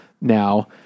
now